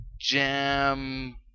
jam